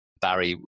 Barry